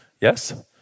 Yes